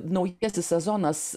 naujasis sezonas